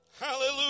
Hallelujah